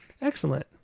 Excellent